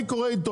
כך כתוב בעיתון.